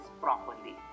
properly